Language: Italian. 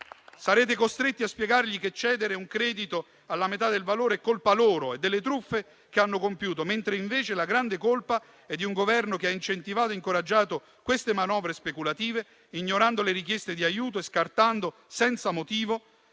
Sarete costretti a spiegargli che cedere un credito alla metà del valore è colpa loro e delle truffe che hanno compiuto, mentre la grande colpa è di un Governo che ha incentivato e incoraggiato queste manovre speculative, ignorando le richieste di aiuto e scartando senza motivo